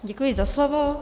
Děkuji za slovo.